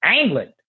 England